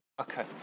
Okay